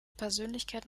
persönlichkeit